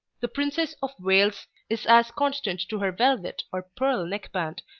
the princess of wales is as constant to her velvet or pearl neck-band,